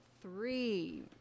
three